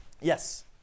Yes